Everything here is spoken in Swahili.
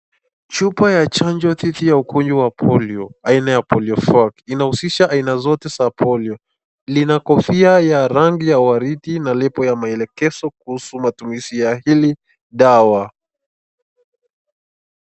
Chupa ya chanjo dhidi ya kunywa polio aina ya polio four .inahusisha aina zote za polio. Lina kofia ya rangi ya waridi na lipo ya maelekezo kuhusu matumizi ya hili dawa.